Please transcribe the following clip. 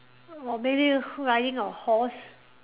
or maybe riding a horse